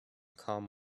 calm